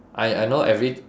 I I know every